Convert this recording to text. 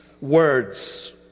words